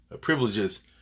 privileges